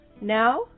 Now